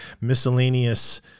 miscellaneous